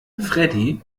freddie